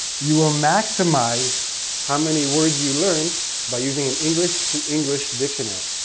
you will maximize how many words you learn by using an english to english dictionary.